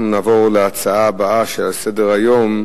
אנחנו נעבור להצעה הבאה שעל סדר-היום,